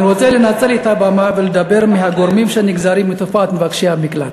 אני רוצה לנצל את הבמה ולדבר על הגורמים שנגזרים מתופעת מבקשי המקלט.